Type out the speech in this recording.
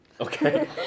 Okay